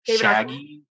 Shaggy